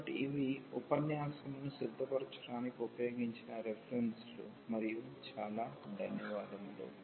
కాబట్టి ఇవి ఉపన్యాసముని సిద్ధపరచడానికి ఉపయోగించిన రెఫెరెన్సులు మరియు చాలా ధన్యవాదాలు